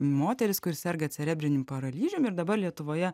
moteris kuri serga cerebriniu paralyžium ir dabar lietuvoje